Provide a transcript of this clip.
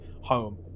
home